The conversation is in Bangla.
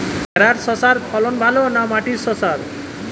ভেরার শশার ফলন ভালো না মাটির শশার?